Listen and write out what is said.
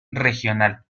regional